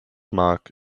mark